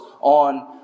on